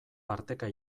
parteka